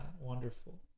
wonderful